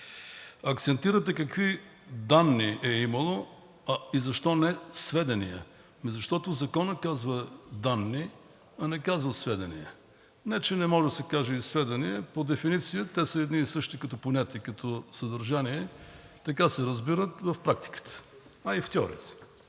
Акцентирате „какви данни“ е имало и защо не „сведения“? Защото Законът казва „данни“, а не казва „сведения“. Не че не може да се каже и „сведения“, те по дефиниция са едни и същи като съдържание, така се разбират в практиката, а и в теорията.